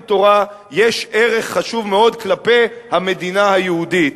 תורה הוא ערך חשוב מאוד כלפי המדינה היהודית.